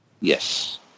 Yes